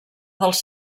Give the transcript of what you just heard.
dels